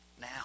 now